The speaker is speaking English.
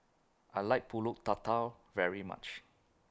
I like Pulut Tatal very much